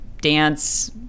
dance